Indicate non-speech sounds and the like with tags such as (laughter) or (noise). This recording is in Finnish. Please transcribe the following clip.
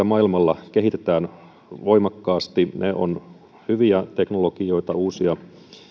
(unintelligible) maailmalla kehitetään voimakkaasti ne ovat hyviä teknologioita uusia